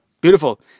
Beautiful